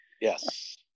Yes